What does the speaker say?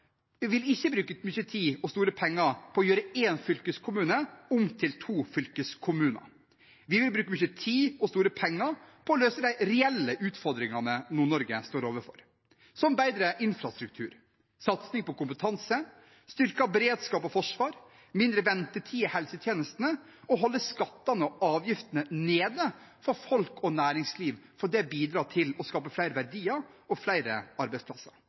på å gjøre én fylkeskommune om til to fylkeskommuner. Vi vil bruke mye tid og store penger på å løse de reelle utfordringene Nord-Norge står overfor, som bedre infrastruktur, satsing på kompetanse, styrket beredskap og forsvar, mindre ventetid i helsetjenestene og å holde skattene og avgiftene nede for folk og næringsliv, for det bidrar til å skape flere verdier og flere arbeidsplasser.